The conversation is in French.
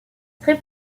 très